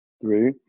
three